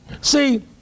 See